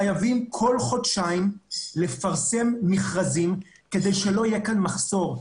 חייבים כל חודשיים לפרסם מכרזים כדי שלא יהיה כאן מחסור.